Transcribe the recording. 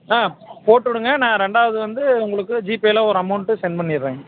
ஆ போட்டு விடுங்க நான் ரெண்டாவது வந்து உங்களுக்கு ஜிபேயில் ஒரு அமௌண்ட்டு செண்ட் பண்ணிடறேங்க